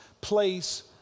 place